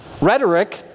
Rhetoric